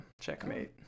checkmate